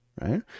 right